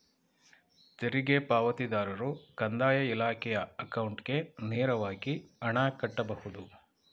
ತೆರಿಗೆ ಪಾವತಿದಾರರು ಕಂದಾಯ ಇಲಾಖೆಯ ಅಕೌಂಟ್ಗೆ ನೇರವಾಗಿ ಹಣ ಕಟ್ಟಬಹುದು